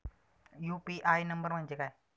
UPI number म्हणजे काय?